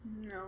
No